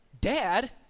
Dad